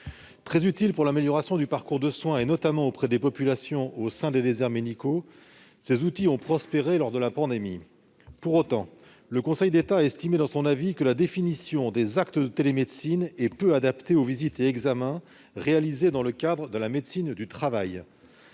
Très utiles pour l'amélioration du parcours de soins, notamment auprès des populations résidant dans des déserts médicaux, ces outils ont prospéré pendant la pandémie. Pour autant, le Conseil d'État a estimé dans son avis sur cette proposition de loi que « la définition des actes de télémédecine est peu adaptée aux visites et examens réalisés dans le cadre de la médecine du travail